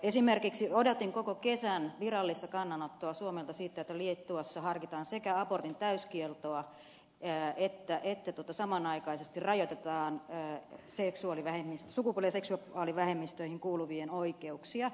esimerkiksi odotin koko kesän virallista kannanottoa suomelta siitä että liettuassa sekä harkitaan abortin täyskieltoa että samanaikaisesti rajoitetaan sukupuoli ja seksuaalivähemmistöihin kuuluvien oikeuksia